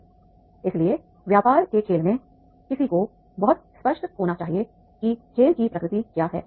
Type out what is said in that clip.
इसलिए इसलिए व्यापार के खेल में किसी को बहुत स्पष्ट होना चाहिए कि खेल की प्रकृति क्या है